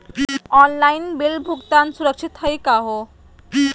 Online bill भुगतान सुरक्षित हई का हो?